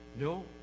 No